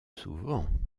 souvent